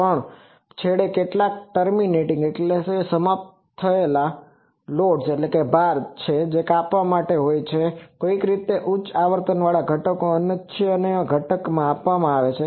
પણ છેડે કેટલાક ટર્મિનેટીંગ terminatingસમાપ્ત થતા લોડ્સ loadsભાર છે જે કાપવા માટે હોય છે જો કોઈક રીતે ઉચ્ચ આવર્તનના ઘટકોને અનિચ્છનીય ઘટકમાં કાપવા આવે છે